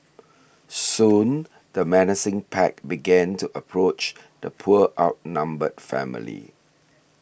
soon the menacing pack began to approach the poor outnumbered family